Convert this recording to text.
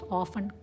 often